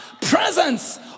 presence